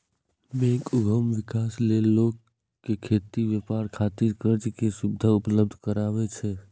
bank उद्यम विकास लेल लोक कें खेती, व्यापार खातिर कर्ज के सुविधा उपलब्ध करबै छै